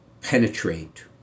penetrate